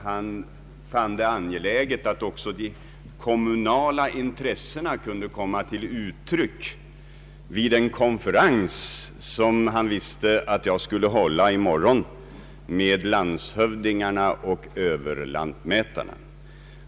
Han fann det angeläget att också de kommunala intressena kunde komma till uttryck vid den konferens som han visste att jag skulle hålla i morgon med landshövdingarna och överlantmätarna.